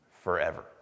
forever